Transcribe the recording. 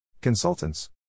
consultants